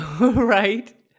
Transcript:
Right